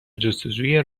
جستجوی